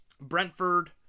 Brentford